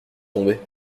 tomber